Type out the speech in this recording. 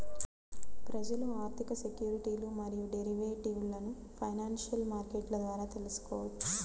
ప్రజలు ఆర్థిక సెక్యూరిటీలు మరియు డెరివేటివ్లను ఫైనాన్షియల్ మార్కెట్ల ద్వారా తెల్సుకోవచ్చు